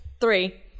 three